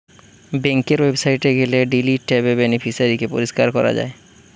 বেংকের ওয়েবসাইটে গেলে ডিলিট ট্যাবে বেনিফিশিয়ারি কে পরিষ্কার করা যায়